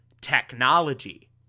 technology